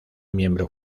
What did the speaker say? miembro